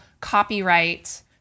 copyright